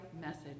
message